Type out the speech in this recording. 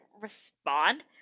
respond